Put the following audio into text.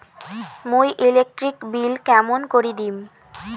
মুই electric bill কেমন করি দিম?